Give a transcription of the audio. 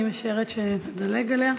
אני משערת שנדלג עליה.